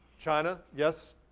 china, yes,